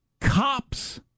cops